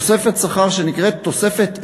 תוספת שכר שנקראת תוספת אי-קביעות.